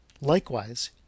Likewise